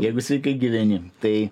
jeigu sveikai gyveni tai